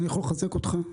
אני יכול לחזק אותך,